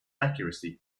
accuracy